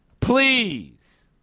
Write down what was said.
Please